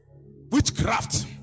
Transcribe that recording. witchcraft